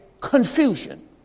confusion